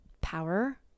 power